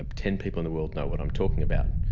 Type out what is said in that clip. ah ten people in the world know what i'm talking about.